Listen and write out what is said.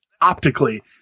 optically